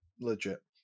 legit